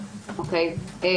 האחרונות הוכיחו